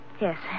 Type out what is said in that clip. Yes